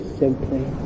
simply